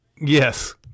Yes